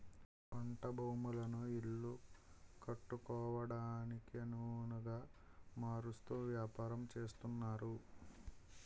పంట భూములను ఇల్లు కట్టుకోవడానికొనవుగా మారుస్తూ వ్యాపారం చేస్తున్నారు